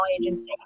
agency